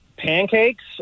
Pancakes